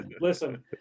listen